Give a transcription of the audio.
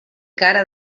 cara